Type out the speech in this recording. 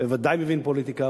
וודאי מבין פוליטיקה,